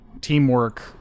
teamwork